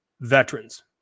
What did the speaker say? veterans